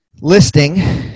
listing